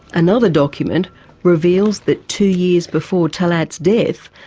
another document reveals that two years before talet's death,